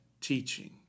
teaching